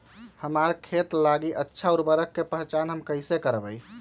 हमार खेत लागी अच्छा उर्वरक के पहचान हम कैसे करवाई?